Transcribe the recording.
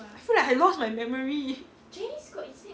I feel like I lost my memory